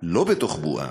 בתוך בועה,